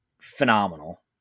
phenomenal